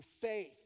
faith